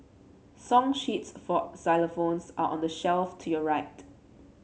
song sheets for xylophones are on the shelf to your right